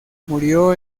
murió